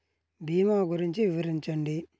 భీమా గురించి వివరించండి?